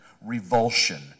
revulsion